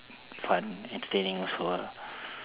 fun entertaining also ah